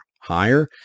higher